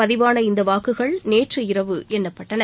பதிவான இந்த வாக்குகள் நேற்று இரவு எண்ணப்பட்டன